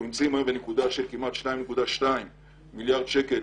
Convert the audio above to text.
אנחנו נמצאים היום בנקודה של כמעט 2.2 מיליארד שקל